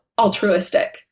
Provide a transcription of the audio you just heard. altruistic